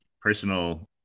personal